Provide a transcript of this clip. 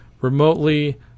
remotely